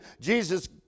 Jesus